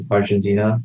Argentina